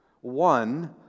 One